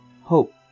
hope